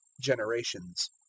generations